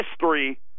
history